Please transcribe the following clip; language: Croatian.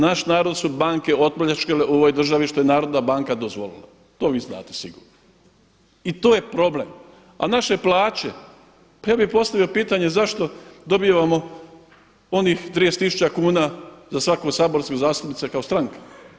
Naš narod su banke opljačkale u ovoj državi što je Narodna banka dozvolila, to vi znate sigurno i to je problem. a naše plaće, pa ja bih postavio pitanje zašto dobivamo onih 30 tisuća kuna za svakog saborskog zastupnika kao stranka.